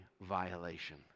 violation